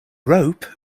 rope